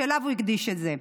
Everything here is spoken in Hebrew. שלו הוא הקדיש את זה.